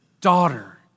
daughter